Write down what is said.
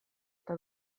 eta